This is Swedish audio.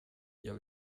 jag